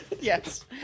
yes